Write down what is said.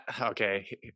Okay